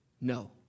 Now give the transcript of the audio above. No